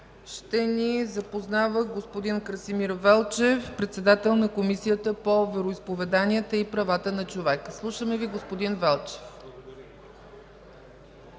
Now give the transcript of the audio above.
ще ни запознава господин Красимир Велчев – председател на Комисията по вероизповеданията и правата на човека. Слушаме Ви, господин Велчев.